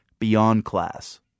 BeyondClass